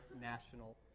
national